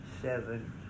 seven